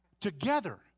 together